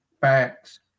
Facts